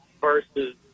versus